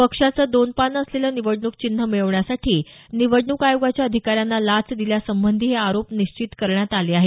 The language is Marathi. पक्षाचं दोन पानं असलेलं निवडणूक चिन्ह मिळवण्यासाठी निवडणूक आयोगाच्या अधिकाऱ्यांना लाच दिल्यासंबंधी हे आरोप निश्चित करण्यात आले आहेत